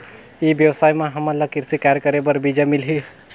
ई व्यवसाय म हामन ला कृषि कार्य करे बर बीजा मिलही?